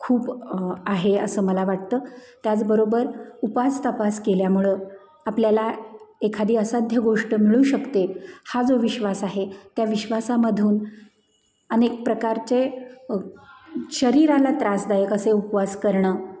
खूप आहे असं मला वाटतं त्याचबरोबर उपासतापास केल्यामुळं आपल्याला एखादी असाध्य गोष्ट मिळू शकते हा जो विश्वास आहे त्या विश्वासामधून अनेक प्रकारचे शरीराला त्रासदायक असे उपवास करणं